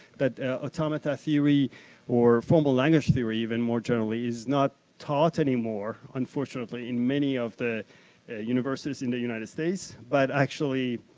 that the automata theory or formal language theory even, more generally is not taught any more unfortunately, in many of the universities in the united states. but actually,